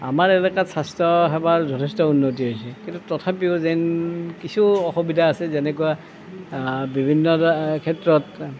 আমাৰ এলেকাত স্বাস্থ্য সেৱাৰ যথেষ্ট উন্নতি হৈছে কিন্তু তথাপিও যেন কিছু অসুবিধা আছে যেনেকুৱা বিভিন্ন ক্ষেত্ৰত